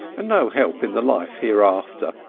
and no help in the life hereafter.